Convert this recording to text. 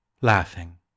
laughing